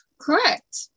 Correct